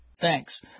Thanks